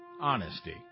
honesty